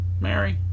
Mary